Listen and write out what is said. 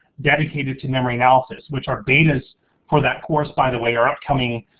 dedicated to memory analysis. which our betas for that course, by the way, are upcoming